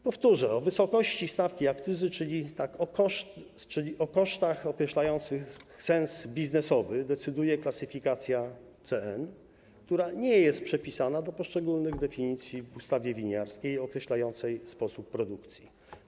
Powtórzę: o wysokości stawki akcyzy, czyli o kosztach określających sens biznesowy, decyduje klasyfikacja CN, która nie jest przypisana do poszczególnych definicji w ustawie winiarskiej określającej sposób produkcji.